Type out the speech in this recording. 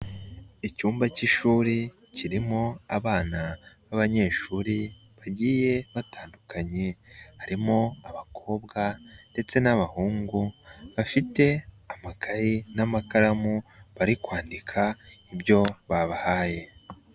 Icyumba cy'ishuri, kirimo abana b'abanyeshuri, bagiye batandukanye. Harimo abakobwa, ndetse n'abahungu, bafite amakaye n'amakaramu bari kwandika ibyo babahaye.